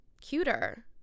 cuter